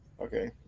Okay